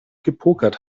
gepokert